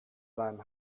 seinem